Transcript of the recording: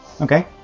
Okay